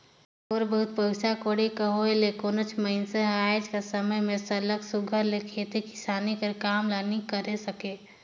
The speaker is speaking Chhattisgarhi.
थोर बहुत पइसा कउड़ी कर होए ले कोनोच मइनसे हर आएज कर समे में सरलग सुग्घर ले खेती किसानी कर काम ल नी करे सके